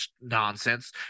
nonsense